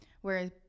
whereas